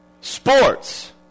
Sports